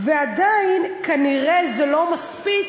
ועדיין כנראה זה לא מספיק,